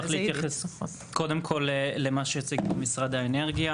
אשמח להתייחס קודם כל למה שהציג פה משרד האנרגיה